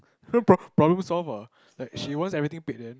pro~ problem solved ah like she wants everything paid then